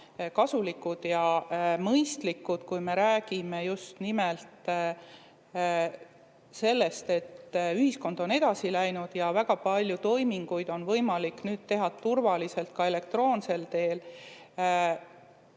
kasulik ja mõistlik, kui me räägime just nimelt sellest, et ühiskond on edasi läinud ja väga paljusid toiminguid on võimalik nüüd teha turvaliselt ka elektroonsel teel,